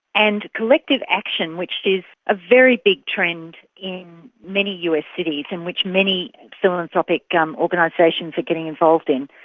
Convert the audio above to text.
and collective action, which is a very big trend in many us cities and which many philanthropic um organisations are getting involved in,